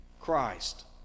Christ